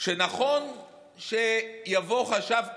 שנכון שיבוא חשב כללי,